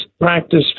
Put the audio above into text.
practice